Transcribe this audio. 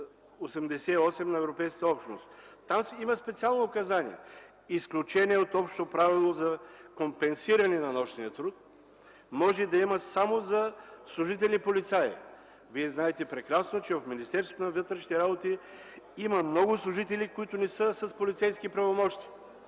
от вносителите. Там си има специално указание: „Изключение от общото правило за компенсиране на нощния труд може да има само за служители полицаи.” Вие прекрасно знаете, че в Министерството на вътрешните работи има много служители, които не са с полицейски правомощия.